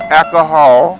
alcohol